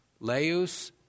Leus